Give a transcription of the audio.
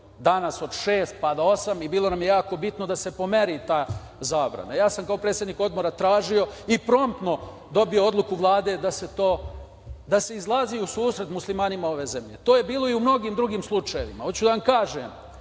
danas od šest, pa do osam i bilo nam je jako bitno da se pomeri ta zabrana. Ja sam kao predsednik Odbora tražio i promptno dobio odluku Vlade da se izlazi u susret muslimanima ove zemlje. To je bilo i u mnogim drugim slučajevima. Hoću da vam kažem,